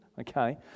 okay